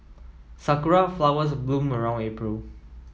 sakura flowers bloom around April